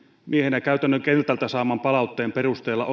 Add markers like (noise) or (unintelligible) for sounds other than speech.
miehenä käytännön kentältä saamani palautteen perusteella (unintelligible)